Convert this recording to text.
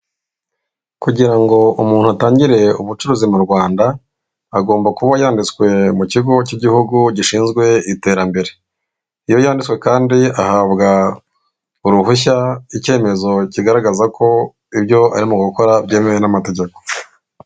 Kugira ngo umuntu atangire ubucuruzi mu Rwanda, agomba kuba yanditswe mu kigo cy'igihugu gishinzwe iterambere. Iyo yanditswe kandi ahabwa uruhushya, icyemezo kigaragaza ko ibyo arimo gukora byemewe n'amategeko.